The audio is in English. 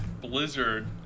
blizzard